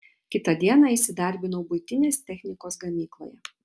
kitą dieną įsidarbinau buitinės technikos gamykloje